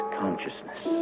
consciousness